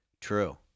True